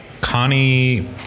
Connie